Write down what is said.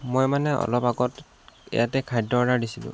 মই মানে অলপ আগত ইয়াতে খাদ্য অৰ্ডাৰ দিছিলোঁ